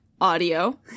audio